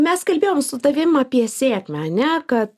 mes kalbėjom su tavim apie sėkmę ane kad